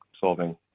solving